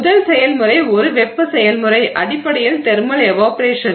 முதல் செயல்முறை ஒரு வெப்ப செயல்முறை அடிப்படையில் தெர்மல் ஏவாப்போரேஷன்